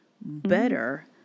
better